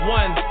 one